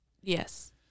Yes